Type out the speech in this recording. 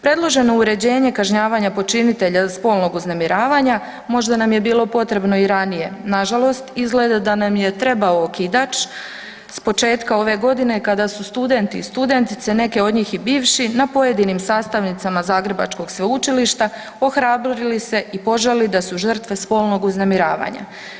Predloženo uređenje kažnjavanja počinitelja spolnog uznemiravanja možda nam je bilo potrebno i ranije, nažalost izgleda da nam je trebao okidač s početka ove godine kada su studenti i studentice, neke od njih i bivši na pojedinim sastavnicama Zagrebačkog sveučilišta ohrabrili se i požalili da su žrtva spolnog uznemiravanja.